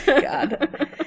God